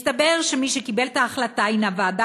מסתבר שמי שקיבלה את ההחלטה היא ועדה